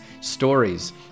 stories